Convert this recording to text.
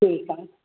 ठीकु आहे